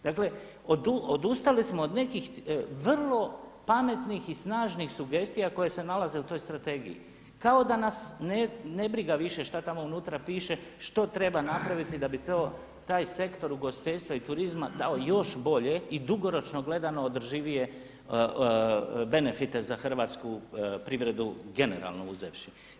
Dakle, odustali smo od nekih vrlo pametnih i snažnih sugestija koje se nalaze u toj strategiji, kao da nas ne briga šta tamo unutra piše što treba napraviti da bi taj sektor ugostiteljstva i turizma dao još bolje i dugoročno gledano održivije benefite za hrvatsku privredu generalno uzevši.